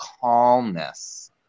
calmness